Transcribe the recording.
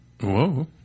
Whoa